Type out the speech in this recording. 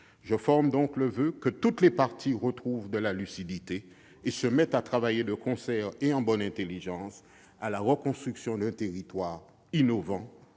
Je forme le voeu que toutes les parties retrouvent de la lucidité et travaillent de concert et en bonne intelligence à la reconstruction d'un territoire innovant,